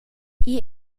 igl